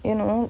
you know